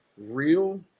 real